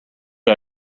out